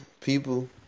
people